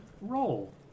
roll